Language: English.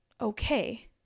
okay